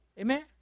Amen